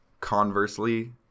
conversely